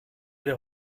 wir